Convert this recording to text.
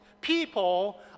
People